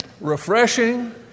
refreshing